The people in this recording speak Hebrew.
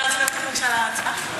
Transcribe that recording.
אפשר לצרף אותי, בבקשה, להצבעה?